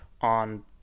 on